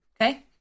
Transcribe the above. Okay